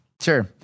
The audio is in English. Sure